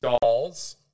dolls